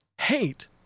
hate